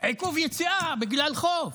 עיכוב יציאה בגלל חוב.